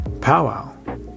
powwow